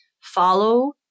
follow